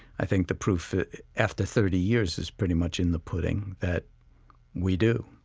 i think the proof after thirty years is pretty much in the pudding that we do